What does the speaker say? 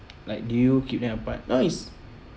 like do you keep them apart nice